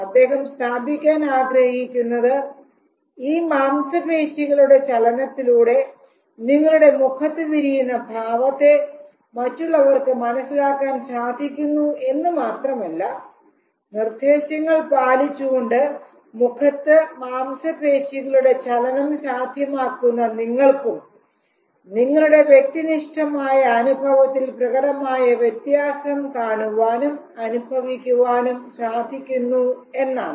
അദ്ദേഹം സ്ഥാപിക്കാൻ ആഗ്രഹിക്കുന്നത് ഈ മാംസപേശികളുടെ ചലനത്തിലൂടെ നിങ്ങളുടെ മുഖത്ത് വിരിയുന്ന ഭാവത്തെ മറ്റുള്ളവർക്ക് മനസ്സിലാക്കാൻ സാധിക്കുന്നു എന്ന് മാത്രമല്ല നിർദ്ദേശങ്ങൾ പാലിച്ചുകൊണ്ട് മുഖത്ത് മാംസപേശികളുടെ ചലനം സാധ്യമാക്കുന്ന നിങ്ങൾക്കും നിങ്ങളുടെ വ്യക്തിനിഷ്ഠമായ അനുഭവത്തിൽ പ്രകടമായ വ്യത്യാസം കാണുവാനും അനുഭവിക്കുവാനും സാധിക്കുന്നു എന്നാണ്